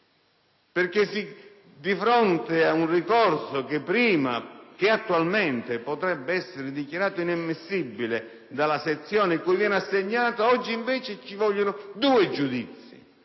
Infatti, per un ricorso che attualmente potrebbe essere dichiarato inammissibile dalla sezione a cui viene assegnato, oggi invece ci vogliono due giudizi: